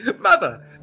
mother